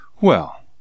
Well